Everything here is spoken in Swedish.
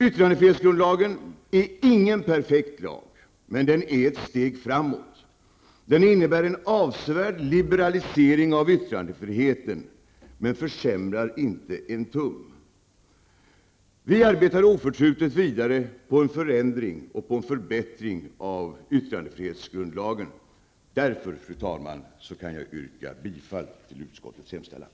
Yttrandefrihetsgrundlagen är ingen perfekt lag, men den är ett steg framåt. Den innebär en avsevärd liberalisering av yttrandefriheten men försämrar inte en tum. Vi arbetar oförtrutet vidare på en förändring och på förbättring av yttrandefrihetsgrundlagen. Därför, fru talman, kan jag yrka bifall till utskottets hemställan.